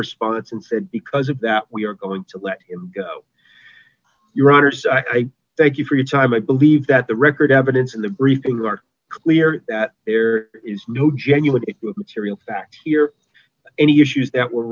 response and said because of that we are going to let him go your honor so i thank you for your time i believe that the record evidence of the briefings are clear that there is no genuine material facts here any issues that were